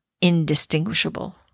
indistinguishable